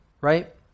right